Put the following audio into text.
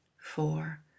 four